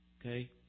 Okay